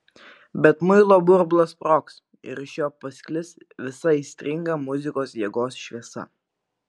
bet muilo burbulas sprogs ir iš jo pasklis visa aistringa muzikos jėgos šviesa